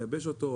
לייבש אותו,